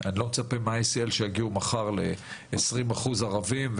אני לא מצפה מ-ICL שיגיעו מחר ל-20% ערבים,